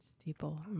Steeple